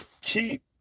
keep